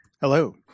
Hello